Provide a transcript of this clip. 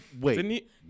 Wait